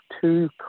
two